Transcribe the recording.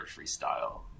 freestyle